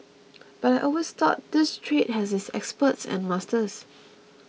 but I always thought this trade has its experts and masters